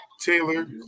Taylor